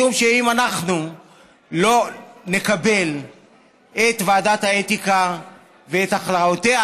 משום שאם אנחנו לא נקבל את ועדת האתיקה ואת הכרעותיה,